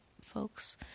folks